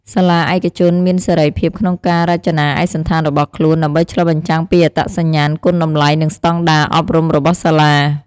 សាលាឯកជនមានសេរីភាពក្នុងការរចនាឯកសណ្ឋានរបស់ខ្លួន ដើម្បីឆ្លុះបញ្ចាំងពីអត្តសញ្ញាណ គុណតម្លៃ និងស្តង់ដារអប់រំរបស់សាលា។